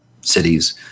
cities